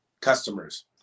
customers